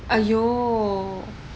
!aiyo!